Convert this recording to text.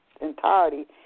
entirety